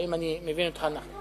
האם אני מבין אותך נכון?